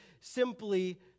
simply